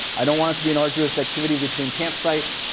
i don't want it to be an arduous activity between campsites.